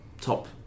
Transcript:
top